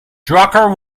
drucker